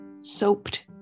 soaped